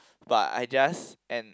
but I just end